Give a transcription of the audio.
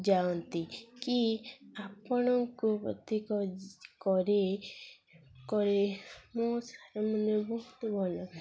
ଯାଆନ୍ତି କି ଆପଣଙ୍କୁ ଅଧିକ କରେ କରେ ମୋ ସାର୍ମାନେ ବହୁତ ଭଲ